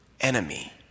enemy